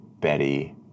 Betty